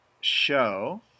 show